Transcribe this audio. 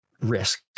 risk